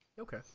okay